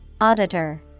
Auditor